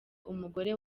umugore